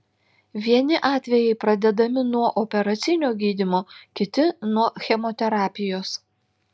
vieni atvejai pradedami nuo operacinio gydymo kiti nuo chemoterapijos